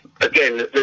Again